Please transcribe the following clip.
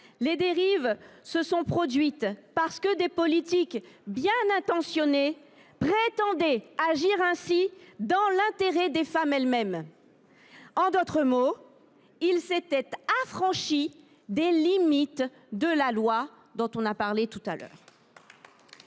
Les dérives se sont produites, parce que des politiques bien intentionnés prétendaient agir ainsi dans l’intérêt des femmes elles mêmes. En d’autres mots, ils s’étaient affranchis des limites de la loi dont on a parlé tout à l’heure.